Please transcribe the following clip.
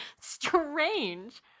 Strange